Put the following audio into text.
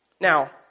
Now